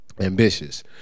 Ambitious